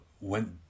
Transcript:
went